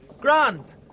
Grant